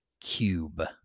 Cube